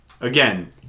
Again